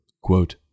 quote